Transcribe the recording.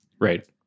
Right